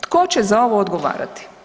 Tko će za ovo odgovarati?